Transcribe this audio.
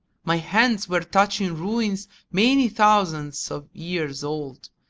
my hands were touching ruins many thousands of years old,